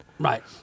Right